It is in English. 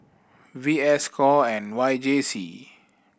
V S score and Y J C